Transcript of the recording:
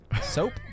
Soap